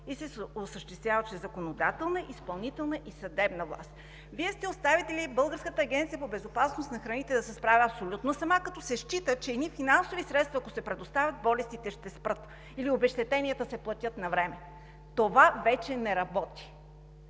и се осъществява чрез законодателна, изпълнителна и съдебна власт. Вие сте оставили Българската агенция по безопасност на храните да се справя абсолютно сама, като се счита, че едни финансови средства, ако се предоставят или обезщетенията се платят навреме, болестите ще спрат.